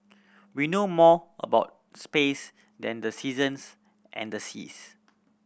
we know more about space than the seasons and the seas